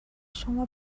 شما